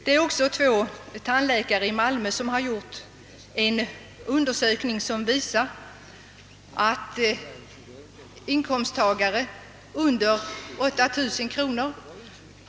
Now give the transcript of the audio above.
Vidare har två tandläkare i Malmö gjort en undersökning som visar att patienter med en inkomst under 8 000 kr.